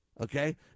Okay